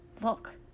look